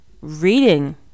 reading